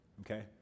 okay